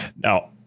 Now